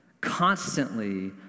constantly